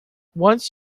once